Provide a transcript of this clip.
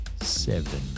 seven